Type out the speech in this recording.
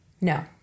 No